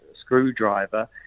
screwdriver